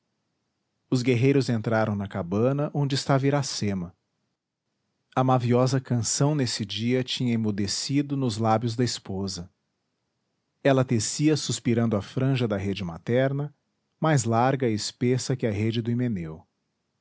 os guerreiros entraram na cabana onde estava iracema a maviosa canção nesse dia tinha emudecido nos lábios da esposa ela tecia suspirando a franja da rede materna mais larga e espessa que a rede do